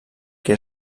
que